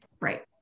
Right